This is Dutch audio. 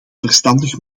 verstandig